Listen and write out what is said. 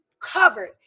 covered